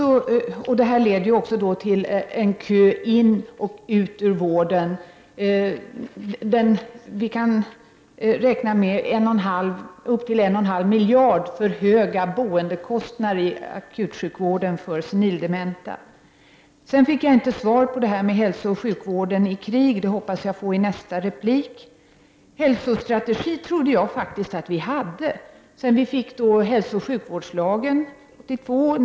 Detta leder också till köer in i och ut ur vården. Vi kan räkna med upp till en och en halv miljard för höga boendekostnader i akutsjukvården för senildementa. Jag fick inte något svar på frågan om hälsooch sjukvården i krig. Det hoppas jag få i nästa replik. Hälsostrategi trodde jag faktiskt att vi hade sedan vi fick hälsooch sjukvårdslagen 1982.